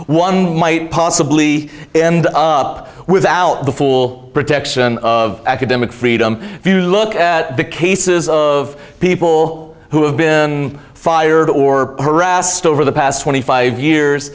one might possibly end up without the full protection of academic freedom if you look at the cases of people who have been fired or harassed over the past twenty five years